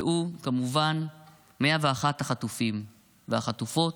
והוא כמובן 101 החטופים והחטופות,